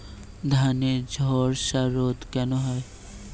ধানে ঝলসা রোগ কেন হয়?